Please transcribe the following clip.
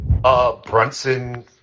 Brunson